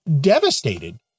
devastated